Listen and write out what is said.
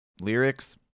lyrics